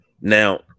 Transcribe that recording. now